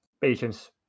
patience